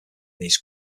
these